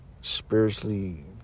spiritually